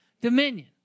dominion